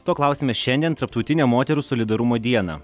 to klausiame šiandien tarptautinę moterų solidarumo dieną